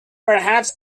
perhaps